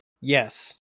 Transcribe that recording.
Yes